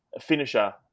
finisher